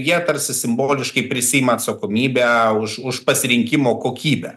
jie tarsi simboliškai prisiima atsakomybę už už pasirinkimo kokybę